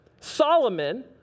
Solomon